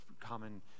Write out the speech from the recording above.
common